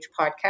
podcast